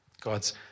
God's